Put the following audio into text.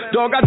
Dog